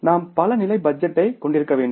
நாம் பல நிலை பட்ஜெட்டைக் கொண்டிருக்க வேண்டும்